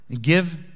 give